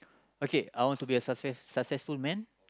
okay I want to be a successful man